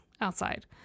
outside